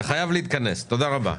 תודה רבה.